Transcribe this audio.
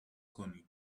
کنید